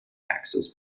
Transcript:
access